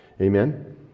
Amen